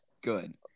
good